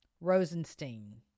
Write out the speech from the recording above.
Rosenstein